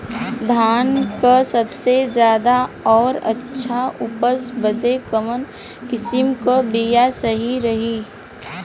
धान क सबसे ज्यादा और अच्छा उपज बदे कवन किसीम क बिया सही रही?